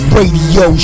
Radio